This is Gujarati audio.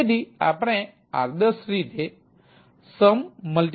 તેથી આપણે આદર્શ રીતે sum1